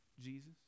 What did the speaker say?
Jesus